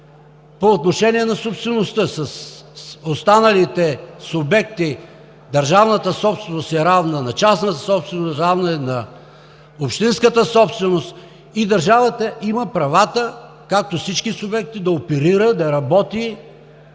по отношение на собствеността. С останалите субекти държавната собственост е равна на частната собственост, равна е на общинската собственост и държавата има правата, както всички субекти, да оперира, да работи,